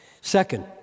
Second